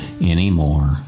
anymore